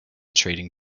trading